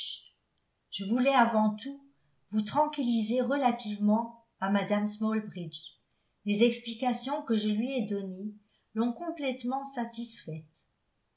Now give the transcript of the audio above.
je voulais avant tout vous tranquilliser relativement à mme smalbridge les explications que je lui ai données l'ont complètement satisfaite